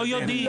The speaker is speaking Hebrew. הם לא יודעים.